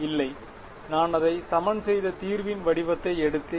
இல்லை நான் அதை சமன் செய்த தீர்வின் வடிவத்தை எடுத்தேன்